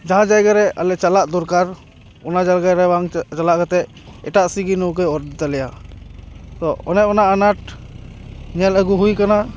ᱡᱟᱦᱟᱸ ᱡᱟᱭᱜᱟ ᱨᱮ ᱟᱞᱮ ᱪᱟᱞᱟᱜ ᱫᱚᱨᱠᱟᱨ ᱚᱱᱟ ᱡᱟᱭᱜᱟ ᱨᱮ ᱵᱟᱝ ᱪᱟᱞᱟᱣ ᱠᱟᱛᱮ ᱮᱴᱟᱜ ᱥᱮᱫ ᱜᱮ ᱱᱟᱹᱣᱠᱟᱹᱭ ᱚᱨ ᱤᱫᱤ ᱛᱟᱞᱮᱭᱟ ᱛᱚ ᱚᱱᱮ ᱚᱱᱟ ᱟᱱᱟᱴ ᱧᱮᱞ ᱟᱹᱜᱩ ᱦᱩᱭ ᱠᱟᱱᱟ